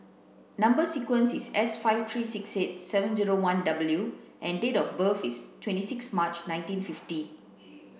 number sequence is S five three six eight seven zero one W and date of birth is twenty six March nineteen fifty